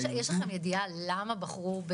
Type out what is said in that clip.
יש לכם ידיעה למה בחרו,